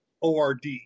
ORD